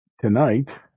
Tonight